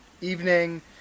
evening